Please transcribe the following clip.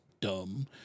dumb